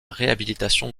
réhabilitation